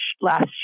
last